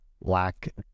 lack